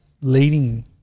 leading